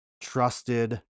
trusted